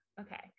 Okay